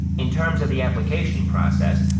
in terms of the application process,